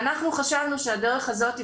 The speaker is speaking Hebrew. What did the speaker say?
ואנחנו חשבנו שהדרך הזאת,